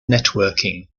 networking